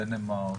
דנמרק,